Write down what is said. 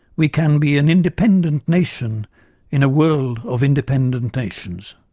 we can be an independent nation in a world of independent nations.